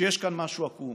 שיש כאן משהו עקום.